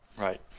Right